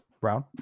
Brown